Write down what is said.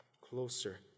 closer